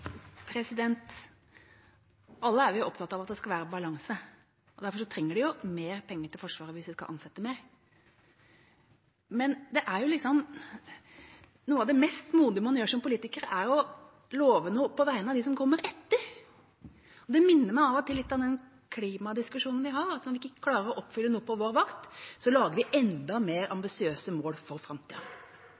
Alle er vi opptatt av at det skal være balanse. Derfor trenger vi mer penger til Forsvaret hvis vi skal ansette flere. Noe av det modigste man gjør som politiker, er jo å love noe på vegne av dem som kommer etter. Det minner meg av og til litt om den klimadiskusjonen vi har – når vi ikke klarer å oppfylle noen mål på vår vakt, lager vi enda mer ambisiøse mål for framtida.